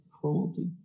cruelty